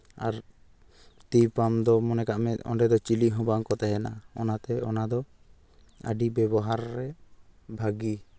ᱟᱨ ᱛᱤ ᱯᱟᱢ ᱫᱚ ᱢᱚᱱᱮ ᱠᱟᱜ ᱢᱮ ᱚᱸᱰᱮ ᱫᱚ ᱪᱤᱞᱤ ᱦᱚᱸ ᱵᱟᱝ ᱠᱚ ᱛᱟᱦᱮᱱᱟ ᱚᱱᱟᱛᱮ ᱚᱱᱟᱫᱚ ᱟᱹᱰᱤ ᱵᱮᱵᱚᱦᱟᱨ ᱨᱮ ᱵᱷᱟᱹᱜᱤ